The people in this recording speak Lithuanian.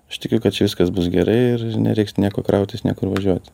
aš tikiu kad čia viskas bus gerai ir nereiks nieko krautis niekur važiuoti